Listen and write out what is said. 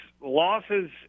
losses